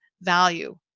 value